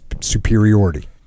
superiority